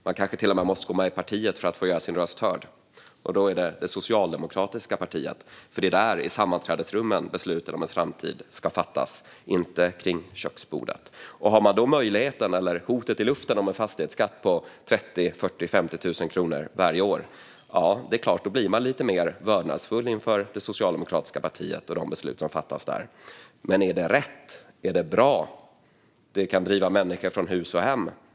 Man kanske till och med måste gå med i partiet för att få göra sin röst hörd, det socialdemokratiska partiet alltså, för det är i deras sammanträdesrum som besluten om ens framtid ska fattas, inte kring köksbordet. Om man har möjligheten eller hotet i luften om en fastighetsskatt på 30 000, 40 000 eller 50 000 kronor varje år är det klart att man blir lite mer vördnadsfull inför det socialdemokratiska partiet och de beslut som fattas där. Men är detta rätt eller bra? Det kan driva människor från hus och hem.